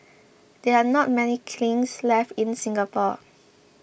there are not many kilns left in Singapore